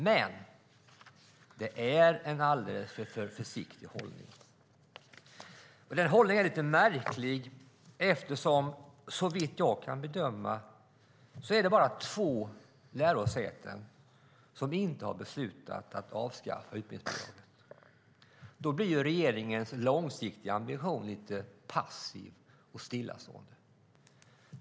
Men det är en alldeles för försiktig hållning. Den hållningen är lite märklig eftersom det såvitt jag kan bedöma bara är två lärosäten som inte har beslutat att avskaffa utbildningsbidraget. Då blir regeringens långsiktiga ambition lite passiv och stillastående.